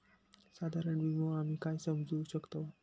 साधारण विमो आम्ही काय समजू शकतव?